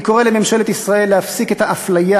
אני קורא לממשלת ישראל להפסיק את האפליה